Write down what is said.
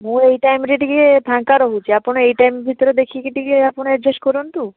ମୁଁ ଏଇ ଟାଇମ୍ରେ ଟିକିଏ ଫାଙ୍କା ରହୁଛି ଆପଣ ଏଇ ଟାଇମ୍ ଭିତରେ ଦେଖିକି ଟିକିଏ ଆପଣ ଆଡ଼ଜେଷ୍ଟ କରନ୍ତୁ